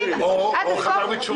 איך עושים התאמה,